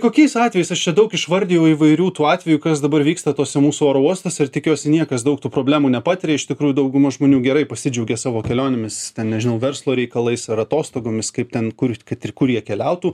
kokiais atvejais aš čia daug išvardijau įvairių tų atvejų kas dabar vyksta tose mūsų oro uostas ir tikiuosi niekas daug tų problemų nepatiria iš tikrųjų dauguma žmonių gerai pasidžiaugė savo kelionėmis nežinau verslo reikalais ar atostogomis kaip ten kur kad ir kur jie keliautų